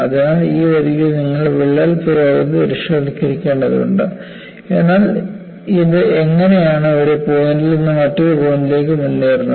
അതിനാൽ ഈ വരിയിൽ നിങ്ങൾ വിള്ളൽ പുരോഗതി ദൃശ്യവൽക്കരിക്കേണ്ടതുണ്ട് എന്നാൽ ഇത് എങ്ങനെയാണ് ഒരു പോയിന്റിൽ നിന്ന് മറ്റൊരു പോയിന്റിലേക്ക് മുന്നേറുന്നത്